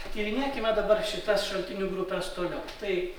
patyrinėkime dabar šitas šaltinių grupes toliau tai